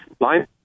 line